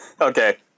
Okay